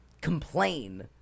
complain